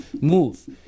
move